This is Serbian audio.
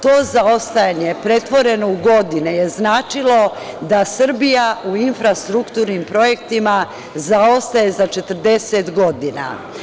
To zaostajanje je pretvoreno u godine značilo da Srbija u infrastrukturnim projektima zaostaje za 40 godina.